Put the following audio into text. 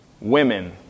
women